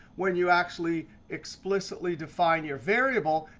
when you actually explicitly define your variable,